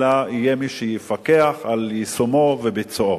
אלא יהיה מי שיפקח על יישומו וביצועו.